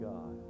God